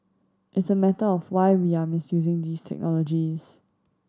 it's a matter of why we are misusing these technologies